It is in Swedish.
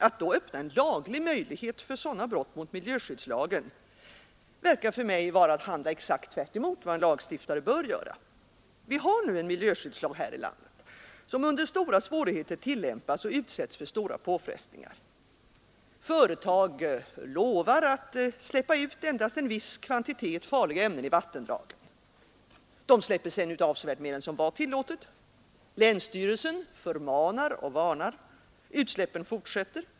Att då öppna en laglig möjlighet för sådana brott mot miljöskyddslagen verkar för mig vara att handla exakt tvärtemot vad en lagstiftare bör göra. Vi har nu en miljöskyddslag här i landet som under stora svårigheter tillämpas och som utsätts för stora påfrestningar. Företag lovar att släppa ut endast en viss kvantitet farliga ämnen i vattendragen — de släpper sedan ut avsevärt mera än som var tillåtet. Länsstyrelsen förmanar och varnar, men utsläppen fortsätter.